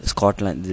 Scotland